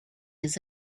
his